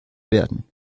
werden